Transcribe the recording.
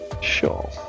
sure